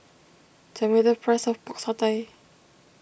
tell me the price of Pork Satay